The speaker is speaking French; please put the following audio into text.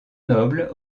noble